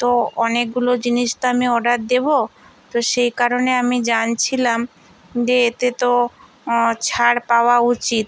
তো অনেকগুলো জিনিস তো আমি অর্ডার দেব তো সেই কারণে আমি জানছিলাম যে এতে তো ছাড় পাওয়া উচিত